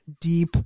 deep